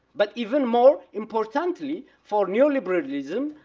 but even more importantly for neoliberalism,